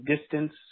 distance